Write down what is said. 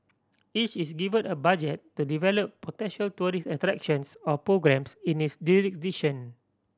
each is given a budget to develop potential tourist attractions or programmes in its jurisdiction